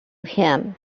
him